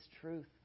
truth